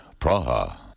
Praha